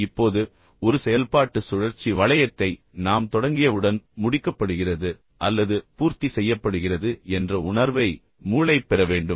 இப்போது ஒரு செயல்பாட்டு சுழற்சி வளையத்தை நாம் தொடங்கியவுடன் முடிக்கப்படுகிறது அல்லது பூர்த்தி செய்யப்படுகிறது என்ற உணர்வை மூளை பெற வேண்டும்